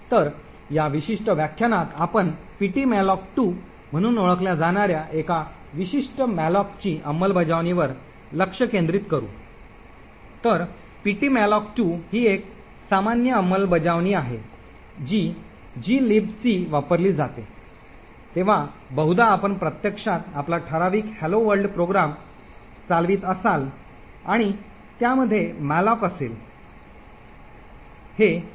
तर या विशिष्ट व्याख्यानात आपण ptmalloc2 म्हणून ओळखल्या जाणार्या एका विशिष्ट मॅलोक अंमलबजावणीवर लक्ष केंद्रित करू तर ptmalloc2 ही एक सामान्य अंमलबजावणी आहे जी ग्लिबिकमध्ये वापरली जाते तेव्हा बहुधा आपण प्रत्यक्षात आपला ठराविक हॅलो वर्ल्ड प्रोग्राम चालवित असाल आणि त्यामध्ये मॅलोक असेल